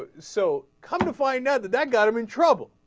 ah so come to find out that that got him in trouble